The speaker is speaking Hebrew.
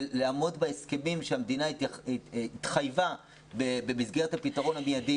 יש לעמוד בהסכמים שהמדינה התחייבה במסגרת הפתרון המיידי